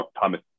thomas